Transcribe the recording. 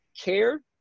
care